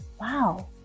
wow